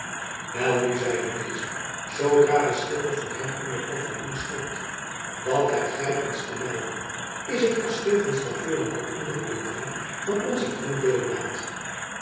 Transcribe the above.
welnu zeide deze zoodra de schipper voor hem in het paviljoen stond wat hebt gij ons te melden is het kasteel van stavoren al onder het bedwang van onzen vriend